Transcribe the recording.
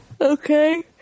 Okay